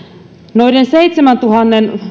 noiden seitsemässätuhannessa